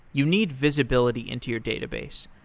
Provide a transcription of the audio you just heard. you need visibility into your database.